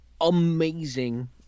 amazing